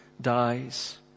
dies